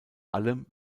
allem